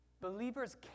Believers